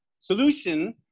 solution